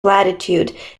latitude